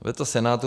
Veto Senátu